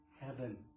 heaven